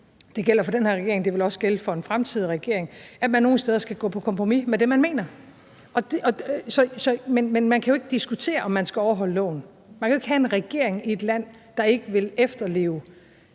det gælder for den her regering, og det vil også gælde for en fremtidig regering – at man nogle steder skal gå på kompromis med det, man mener. Man kan jo ikke diskutere, om man skal overholde loven. Et land kan jo ikke have en regering, der ikke vil efterleve